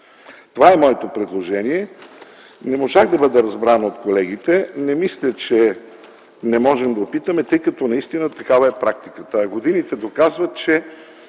Това е предложението ми. Не зная дали съм разбран от колегите. Не мисля, че не можем да опитаме, тъй като такава е практиката. Годините доказват, че